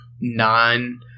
nine